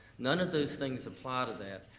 none of those things apply to that.